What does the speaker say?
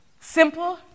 simple